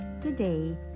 today